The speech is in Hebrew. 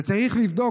וצריך לבדוק,